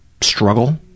struggle